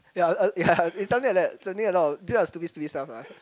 ya uh ya it's something like that it's only a lot of did a lot of stupid stupid stuff lah